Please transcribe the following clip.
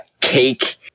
cake